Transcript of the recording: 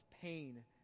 pain